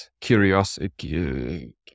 curiosity